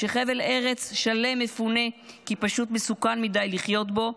כשחבל ארץ שלם מפונה כי פשוט מסוכן מדי לחיות בו,